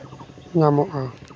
ᱧᱟᱢᱚᱜᱼᱟ